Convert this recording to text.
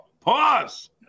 Pause